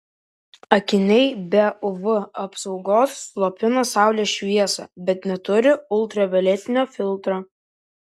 akiniai be uv apsaugos slopina saulės šviesą bet neturi ultravioletinio filtro